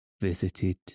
visited